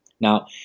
Now